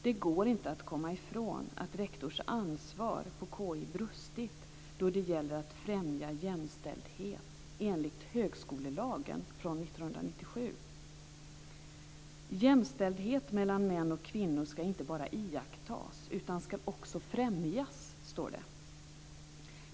Det går inte att komma ifrån att rektors ansvar på KI brustit då det gäller att främja jämställdhet enligt högskolelagen från 1997. Jämställdhet mellan män och kvinnor ska inte bara iakttas utan också främjas står det.